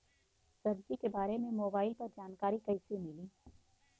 सब्जी के बारे मे मोबाइल पर जानकारी कईसे मिली?